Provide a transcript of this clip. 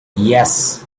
yes